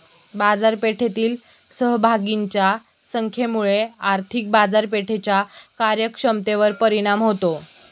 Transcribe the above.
बाजारपेठेतील सहभागींच्या संख्येमुळे आर्थिक बाजारपेठेच्या कार्यक्षमतेवर परिणाम होतो